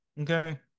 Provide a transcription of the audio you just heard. okay